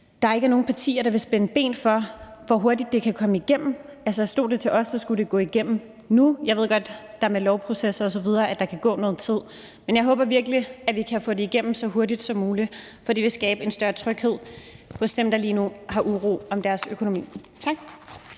ikke er nogen partier, der vil spænde ben for, hvor hurtigt det kan komme igennem. Stod det til os, skulle det gå igennem nu. Jeg ved godt, at der med lovgivningsprocesser osv. kan gå noget tid, men jeg håber virkelig, at vi kan få det igennem så hurtigt som muligt, for det vil skabe en større tryghed hos dem, der lige nu er urolige for deres økonomi.